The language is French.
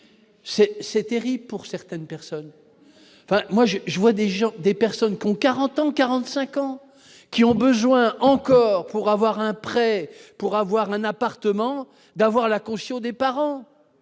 c'est terrible pour certaines personnes. Moi, j'ai, je vois des gens, des personnes qui ont 40 ans, 45 ans, qui ont besoin encore pour avoir un prêt pour avoir un appartement d'avoir la condition des parents,